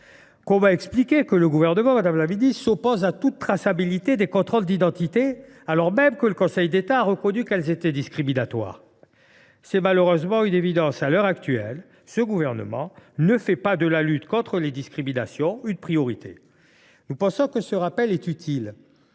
Comment expliquer que le Gouvernement s’oppose à toute traçabilité des contrôles d’identité, alors même que le Conseil d’État a reconnu qu’en la matière les pratiques discriminatoires existent bel et bien ? C’est malheureusement une évidence : à l’heure actuelle, le Gouvernement ne fait pas de la lutte contre les discriminations une priorité. Nous pensons que ce rappel est utile,